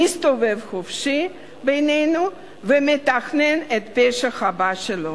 מסתובב חופשי בינינו ומתכנן את הפשע הבא שלו.